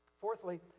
Fourthly